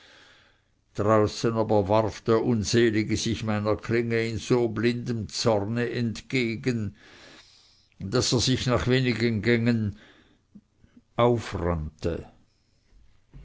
draußen aber warf der unselige sich meiner klinge in so blindem zorne entgegen daß er sich nach wenigen gängen aufrannte